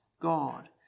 God